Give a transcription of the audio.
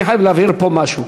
אני חייב להבהיר פה משהו,